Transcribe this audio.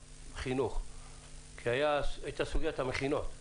כשהייתה סוגיית המכינות,